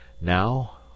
now